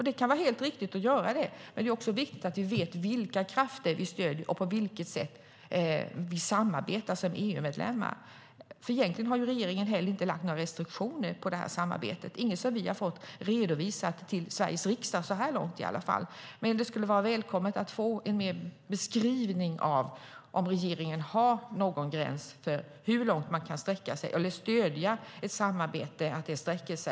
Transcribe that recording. Det kan vara helt riktigt att göra det, men det är också viktigt att vi vet vilka krafter vi stöder och på vilket sätt vi samarbetar som EU-medlemmar. Egentligen har inte heller regeringen lagt några restriktioner på samarbetet - inget som vi har fått redovisat till Sveriges riksdag så här långt i alla fall. Men det skulle vara välkommet att få mer av en beskrivning av om regeringen har någon gräns för hur långt man kan sträcka sig eller i vilken mån man kan stödja ett samarbete.